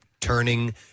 turning